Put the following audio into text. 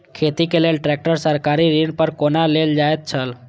खेती के लेल ट्रेक्टर सरकारी ऋण पर कोना लेल जायत छल?